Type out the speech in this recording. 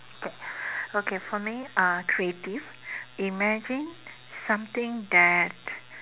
okay okay for me uh creative imagine something that